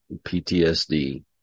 PTSD